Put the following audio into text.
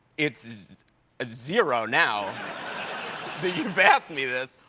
it's ah zero now that you've asked me this.